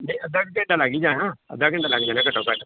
ਨਹੀਂ ਅੱਧਾ ਕੁ ਘੰਟਾ ਲੱਗ ਹੀ ਜਾਣਾ ਅੱਧਾ ਘੰਟਾ ਲੱਗ ਹੀ ਜਾਣਾ ਘੱਟੋ ਘੱਟ